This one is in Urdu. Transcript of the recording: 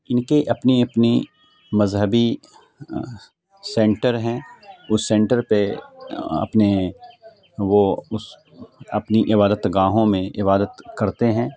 ان کی اپنی اپنی مذہبی سینٹر ہیں اس سینٹر پہ اپنے وہ اس اپنی عبادت گاہوں میں عبادت کرتے ہیں